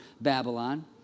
Babylon